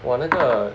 !wah! 那个